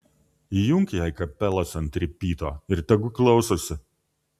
įjunk jai kapelas ant ripyto ir tegu klausosi